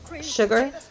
sugar